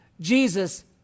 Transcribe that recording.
Jesus